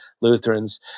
Lutherans